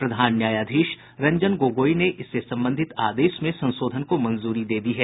प्रधान न्यायाधीश रंजन गोगोई ने इससे संबंधित आदेश में संशोधन को मंजूरी दे दी है